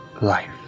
Life